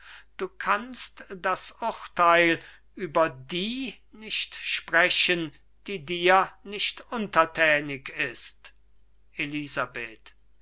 du kannst das urteil über die nicht sprechen die dir nicht untertänig ist elisabeth